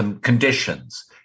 conditions